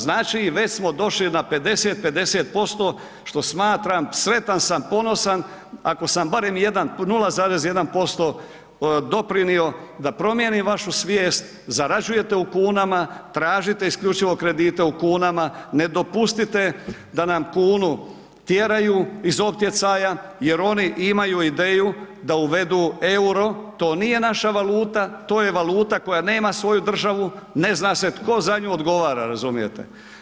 Znači, već smo došli na 50-50% što smatram, sretan sam, ponosan, ako sam barem 1, 0,1% doprinio da promijenim vašu svijest, zarađujete u kunama, tražite isključivo kredite u kunama, ne dopustite da nam kunu tjeraju iz optjecaja jer oni imaju ideju da uvedu euro, to nije naša valuta, to je valuta koja nema svoju država, ne zna se tko za nju odgovara, razumijete.